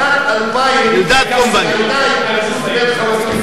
בשנת 2000 היתה התנגשות, אני מבקש לסיים.